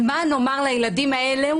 מה נאמר לילדים האלה,